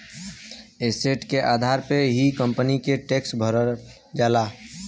asset के आधार पे ही कंपनी के टैक्स भरना होला